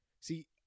See